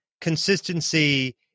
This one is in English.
consistency